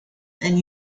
and